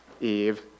Eve